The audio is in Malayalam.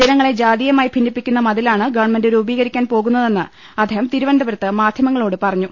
ജനങ്ങളെ ജാതീയമായി ഭിന്നിപ്പിക്കുന്ന മതിലാണ് ഗവണ്മെന്റ് രൂപീകരിക്കാൻ പോകുന്നതെന്ന് അദ്ദേഹം തിരുവനന്തപുരത്ത് മാധ്യമങ്ങളോടു പറഞ്ഞു